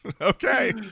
okay